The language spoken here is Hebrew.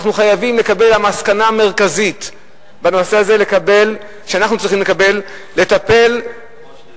המסקנה המרכזית שאנחנו צריכים לקבל בנושא הזה,